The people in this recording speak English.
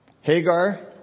Hagar